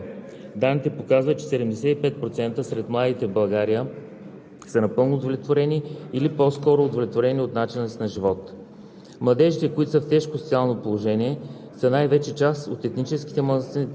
Докладът отчита, че българските младежи нямат сериозни социални дефицити. Ключов въпрос относно младите хора е индикаторът за степен на удовлетвореност от начина им на живот. Данните показват, че 75% сред младите в България